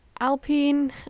Alpine